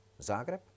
Zagreb